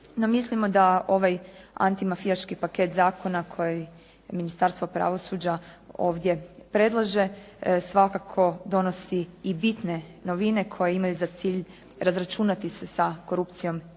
mislimo da ovaj antimafijaški paket zakona koje Ministarstvo pravosuđa ovdje predlaže svakako donosi i bitne novine koje imaju za cilj razračunati se sa korupcijom i